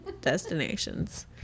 destinations